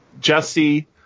Jesse